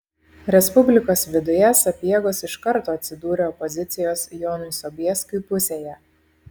respublikos viduje sapiegos iš karto atsidūrė opozicijos jonui sobieskiui pusėje